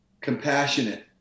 compassionate